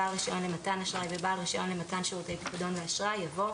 "בעל רישיון למתן אשראי" ו"בעל רישיון למתן שירותי פיקדון אשראי"" יבוא: